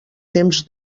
temps